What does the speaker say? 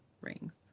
rings